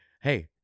hey